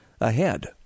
ahead